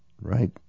right